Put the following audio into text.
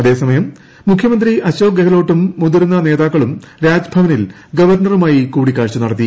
അതേസമയം മുഖ്യമന്ത്രി അശോക് ഗഹ്ലോട്ടും മുതിർന്ന നേതാക്കളും രാജ്ഭവനിൽ ഗവർണറുമായി കൂടിക്കാഴ്ച നടത്തി